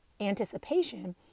anticipation